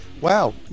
wow